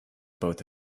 both